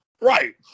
right